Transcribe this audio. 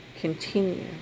continue